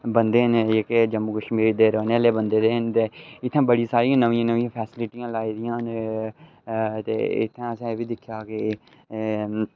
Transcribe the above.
बंदे न जेह्के जम्मू कश्मीर दे रौंह्ने आह्ले बंदे इत्थें बड़ियां सारियां फैसीलिटयां लाईदियां ते इत्थें असेें एह् बी दिखेआ की